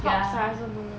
tops I also don't know